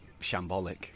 Shambolic